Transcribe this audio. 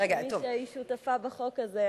כמי שהיתה שותפה בחוק הזה,